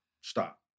stop